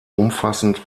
umfassend